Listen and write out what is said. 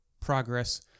progress